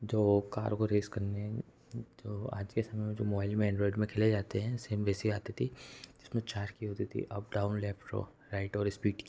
जो कारों को रेस करने जो आज के समय में जो मोबाइल में एंड्रॉएड में खेले जाते हैं सेम वैसे ही आती थी जिसमें चार की होती थी अप डाउन लेफ्ट रो राइट और इस्पीड की